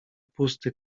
pusty